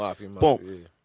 Boom